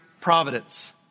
providence